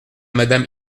madame